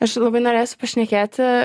aš tai labai norėsiu pašnekėti